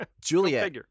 Juliet